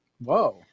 Whoa